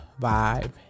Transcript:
vibe